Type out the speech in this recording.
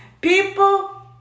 people